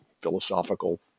philosophical